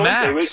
Max